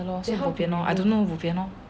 ya bo pian loh I don't know so bo pian loh